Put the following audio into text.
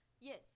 Yes